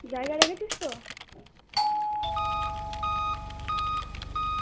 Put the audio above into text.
জায়গা রেখেছিস তো